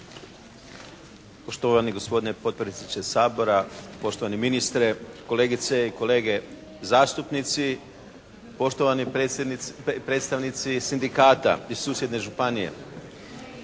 Poštovani gospodine potpredsjedniče Sabora, poštovani ministre, kolegice i kolege zastupnici, poštovani predstavnici i sindikata iz susjedne županije.